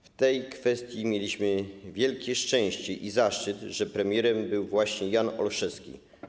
W tej kwestii mieliśmy wielkie szczęście i zaszczyt, że premierem był właśnie Jan Olszewski.